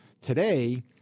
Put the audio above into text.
Today